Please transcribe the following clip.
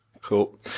Cool